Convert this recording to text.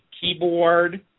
keyboard